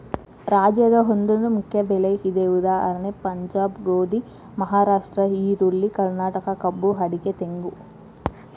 ರಾಜ್ಯದ ಒಂದೊಂದು ಮುಖ್ಯ ಬೆಳೆ ಇದೆ ಉದಾ ಪಂಜಾಬ್ ಗೋಧಿ, ಮಹಾರಾಷ್ಟ್ರ ಈರುಳ್ಳಿ, ಕರ್ನಾಟಕ ಕಬ್ಬು ಅಡಿಕೆ ತೆಂಗು